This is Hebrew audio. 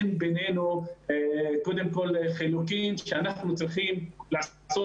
אין בינינו שום מחלוקת על כך שאנחנו צריכים לעשות